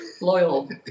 Loyal